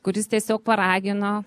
kuris tiesiog paragino